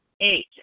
Eight